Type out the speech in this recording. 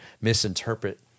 misinterpret